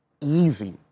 easy